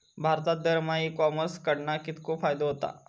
भारतात दरमहा e commerce कडणा कितको फायदो होता?